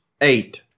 eight